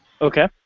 Okay